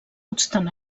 obstant